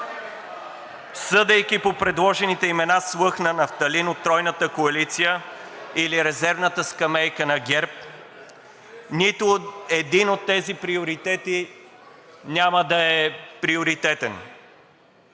Съдейки по предложените имeна с лъх на нафталин от Тройната коалиция или резервната скамейка на ГЕРБ, нито един от тези приоритети няма да е приоритетен.